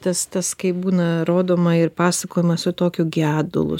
tas tas kai būna rodoma ir pasakojima su tokiu gedulu